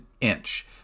inch